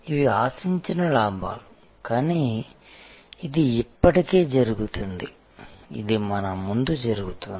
ఇవి ఆశించిన లాభాలు కానీ ఇది ఇప్పటికే జరిగింది ఇది మన ముందు జరుగుతోంది